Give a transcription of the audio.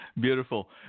Beautiful